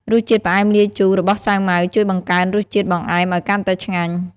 រសជាតិផ្អែមលាយជូររបស់សាវម៉ាវជួយបង្កើនរសជាតិបង្អែមឱ្យកាន់តែឆ្ងាញ់។